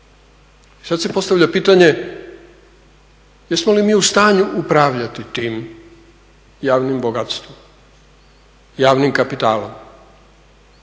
sada se postavlja pitanje jesmo li mi u stanju upravljati tim javnim bogatstvom, javnim kapitalom?